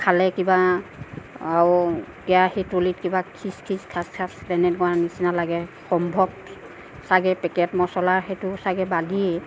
খালে কিবা আৰু কেৰাহী তলিত কিবা খিচ খিচ খাচ খাচ তেনেকুৱা নিচিনা লাগে সম্ভৱ চাগে পেকেট মচলাৰ সেইটো চাগে বালিয়েই